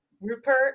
Rupert